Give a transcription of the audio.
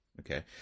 Okay